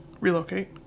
relocate